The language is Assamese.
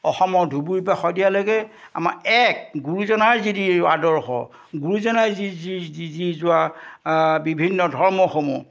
অসমত ধুবুৰী পা শদিয়ালৈকে আমাৰ এক গুৰুজনাৰ যি দি আদৰ্শ গুৰুজনাই যি যি যি দি যোৱা বিভিন্ন ধৰ্মসমূহ